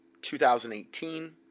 2018